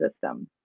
system